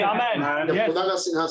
Amen